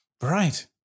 Right